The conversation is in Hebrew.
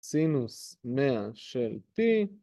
סינוס מאה של T.